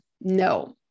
no